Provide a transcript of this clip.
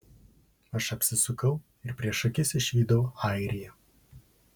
aš apsisukau ir prieš akis išvydau airiją